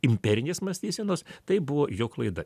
imperinės mąstysenos tai buvo jo klaida